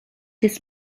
his